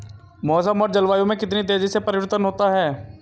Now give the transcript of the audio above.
मौसम और जलवायु में कितनी तेजी से परिवर्तन होता है?